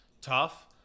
tough